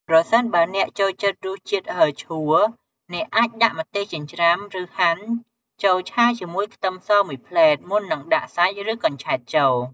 ប្រសិនបើអ្នកចូលចិត្តរសជាតិហឹរឆួល អ្នកអាច ដាក់ម្ទេសចិញ្ច្រាំ ឬហាន់ ចូលឆាជាមួយខ្ទឹមសមួយភ្លែត មុននឹងដាក់សាច់ ឬកញ្ឆែតចូល។